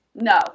No